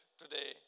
today